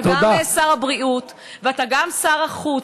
אתה גם שר הבריאות ואתה גם שר החוץ.